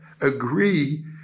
agree